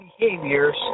behaviors